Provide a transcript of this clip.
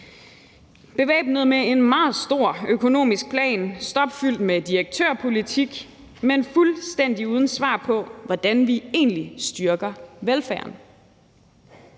bevæbnet med en meget stor økonomisk plan stopfyldt med direktørpolitik, men fuldstændig uden svar på, hvordan vi egentlig styrker velfærden.